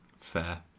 Fair